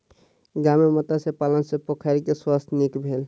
गाम में मत्स्य पालन सॅ पोखैर के स्वास्थ्य नीक भेल